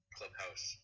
Clubhouse